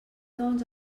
doncs